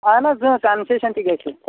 اہَن حظ کَنسیشَن تہِ گژھِ